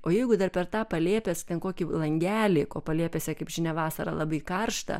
o jeigu dar per tą palėpės ten kokį langelį ko palėpėse kaip žinia vasarą labai karšta